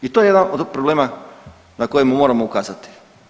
I to je jedan od problema na kojemu moramo ukazati.